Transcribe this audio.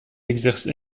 exerce